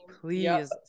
Please